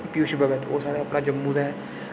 पीयूष भगत ओह् साढ़ा अपना जम्मू दा ऐ